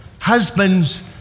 Husbands